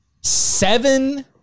seven